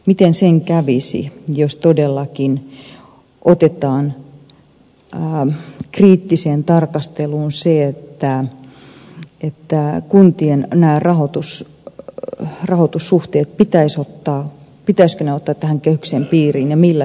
miten sen käy itsenäisyyden kävisi jos todellakin otetaan kriittiseen tarkasteluun se pitäisikö kuntien rahoitussuhteet ottaa kehyksen piiriin ja millä tavalla